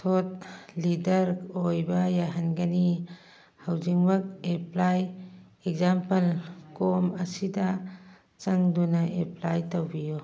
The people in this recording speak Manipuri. ꯊꯣꯠ ꯂꯤꯗꯔ ꯑꯣꯏꯕ ꯌꯥꯍꯟꯒꯅꯤ ꯍꯧꯖꯤꯛꯃꯛ ꯑꯦꯄ꯭ꯂꯥꯏ ꯑꯦꯛꯖꯥꯝꯄꯜ ꯀꯣꯝ ꯑꯁꯤꯗ ꯆꯪꯗꯨꯅ ꯑꯦꯄ꯭ꯂꯥꯏ ꯇꯧꯕꯤꯌꯨ